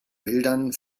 bildern